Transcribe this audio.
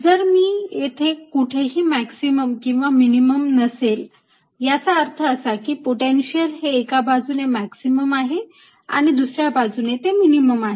जर तेथे कुठेही मॅक्झिमम किंवा मिनिमम नसेल याचा अर्थ असा की पोटेन्शियल हे एका बाजूने मॅक्सिमम आहे आणि दुसऱ्या बाजूने ते मिनिमम आहे